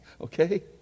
Okay